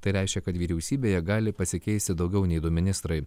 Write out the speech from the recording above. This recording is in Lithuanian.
tai reiškia kad vyriausybėje gali pasikeisti daugiau nei du ministrai